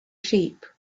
sheep